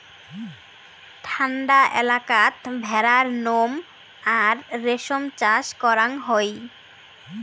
ঠান্ডা এলাকাত ভেড়ার নোম আর রেশম চাষ করাং হই